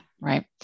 Right